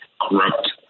corrupt